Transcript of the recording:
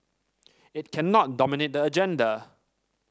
it cannot dominate the agenda